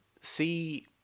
see